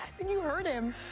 and you hurt him.